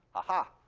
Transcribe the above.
aha.